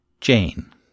Jane